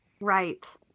Right